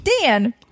Dan